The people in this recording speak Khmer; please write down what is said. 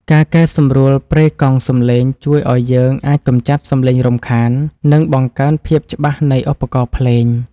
ការកែសម្រួលប្រេកង់សំឡេងជួយឱ្យយើងអាចកម្ចាត់សំឡេងរំខាន និង បង្កើនភាពច្បាស់នៃឧបករណ៍ភ្លេង។